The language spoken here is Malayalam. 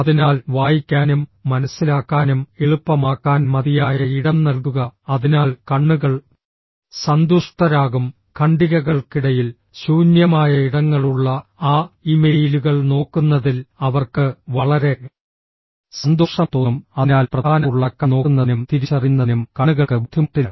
അതിനാൽ വായിക്കാനും മനസ്സിലാക്കാനും എളുപ്പമാക്കാൻ മതിയായ ഇടം നൽകുക അതിനാൽ കണ്ണുകൾ സന്തുഷ്ടരാകും ഖണ്ഡികകൾക്കിടയിൽ ശൂന്യമായ ഇടങ്ങളുള്ള ആ ഇമെയിലുകൾ നോക്കുന്നതിൽ അവർക്ക് വളരെ സന്തോഷം തോന്നും അതിനാൽ പ്രധാന ഉള്ളടക്കം നോക്കുന്നതിനും തിരിച്ചറിയുന്നതിനും കണ്ണുകൾക്ക് ബുദ്ധിമുട്ടില്ല